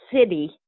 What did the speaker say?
city